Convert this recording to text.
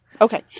Okay